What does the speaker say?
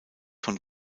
von